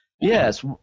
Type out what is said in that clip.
Yes